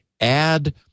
add